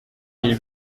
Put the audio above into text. mille